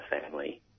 family